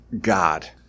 God